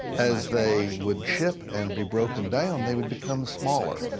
as they would chip and be broken down, they would become smaller,